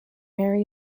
mary